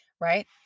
Right